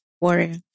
warrior